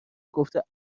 گفته